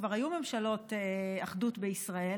כבר היו ממשלות אחדות בישראל,